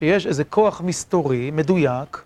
יש איזה כוח מסתורי, מדויק.